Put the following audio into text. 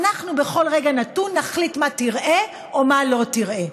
אנחנו בכל רגע נתון נחליט מה תראה ומה לא תראה.